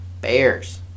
Bears